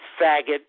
faggot